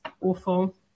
awful